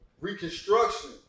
Reconstruction